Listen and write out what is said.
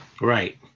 Right